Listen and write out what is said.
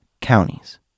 counties